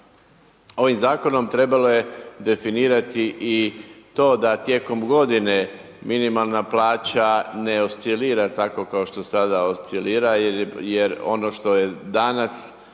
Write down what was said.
Ovim Zakonom trebalo je definirati i to da tijekom godine minimalna plaća ne oscilira tako kao što sada oscilira jer ono što je danas